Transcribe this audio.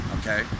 okay